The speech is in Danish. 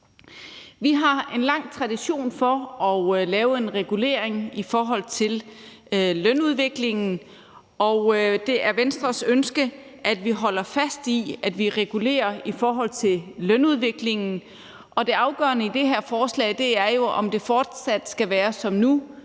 Vi har en lang tradition for at lave en regulering i forhold til lønudviklingen, og det er Venstres ønske, at vi holder fast i, at vi regulerer i forhold til lønudviklingen. Det afgørende i det her forslag er jo, om det fortsat skal være som nu,